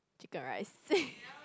chicken rice